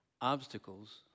obstacles